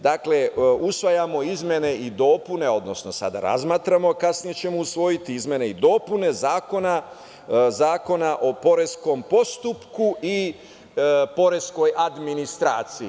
Dakle, usvajamo izmene i dopune, odnosno sada razmatramo, a kasnije ćemo usvojiti izmene i dopune Zakona o poreskom postupku i poreskoj administraciji.